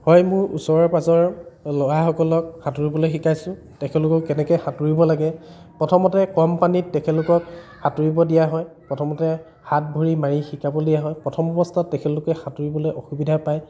হয় মোৰ ওচৰৰ পাজৰৰ ল'ৰাসকলক সাঁতুৰিবলে শিকাইছোঁ তেখেতলোকক কেনেকৈ সাঁতুৰিব লাগে প্ৰথমতে কম পানীত তেখেতলোকক সাঁতুৰিব দিয়া হয় প্ৰথমতে হাত ভৰি মাৰি শিকাবলৈ দিয়া হয় প্ৰথম অৱস্থাত তেখেতলোকে সাঁতুৰিবলৈ অসুবিধা পায়